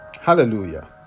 Hallelujah